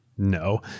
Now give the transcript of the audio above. No